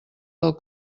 del